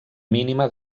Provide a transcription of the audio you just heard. mínima